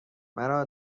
مرا